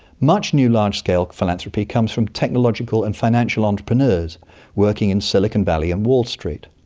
much new large-scale philanthropy comes from technological and financial entrepreneurs working in silicon valley and wall street.